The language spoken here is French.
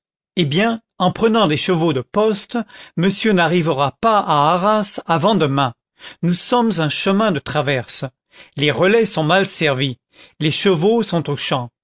eh bien en prenant des chevaux de poste monsieur n'arrivera pas à arras avant demain nous sommes un chemin de traverse les relais sont mal servis les chevaux sont aux champs